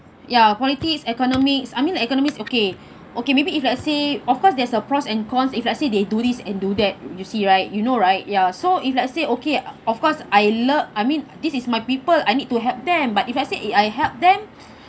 ya politics economics I mean the economics okay okay maybe if let's say of course there's a pros and cons if let's say they do this and do that you see right you know right ya so if let's say okay of course I love I mean this is my people I need to help them but if let's say I help them